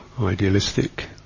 idealistic